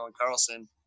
Carlson